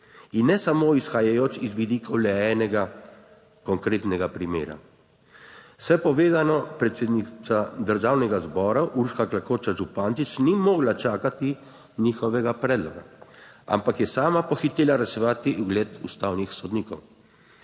in ne samo izhajajoč iz vidika le enega konkretnega primera. Vse povedano, predsednica Državnega zbora Urška Klakočar Zupančič ni mogla čakati njihovega predloga, ampak je sama pohitela reševati ugled ustavnih sodnikov.